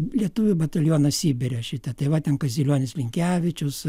lietuvių batalionas sibire šitą tai va ten kazilionis minkevičius